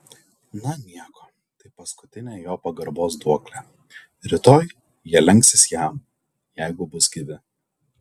na nieko tai paskutinė jo pagarbos duoklė rytoj jie lenksis jam jeigu bus gyvi